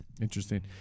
Interesting